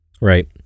Right